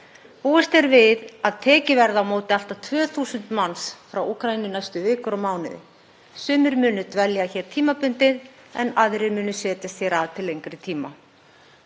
Búist er við að tekið verði á móti allt að 2.000 manns frá Úkraínu næstu vikur og mánuði. Sumir munu dvelja hér tímabundið en aðrir munu setjast hér að til lengri tíma.